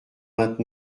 vingt